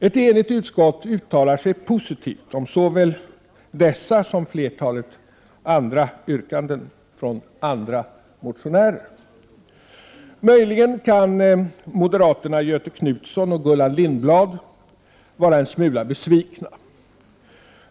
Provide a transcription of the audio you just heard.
Ett enigt utskott uttalar sig positivt om såväl dessa som flertalet andra yrkanden från andra motionärer. Möjligen kan moderaterna Göthe Knutson och Gullan Lindblad vara en smula besvikna.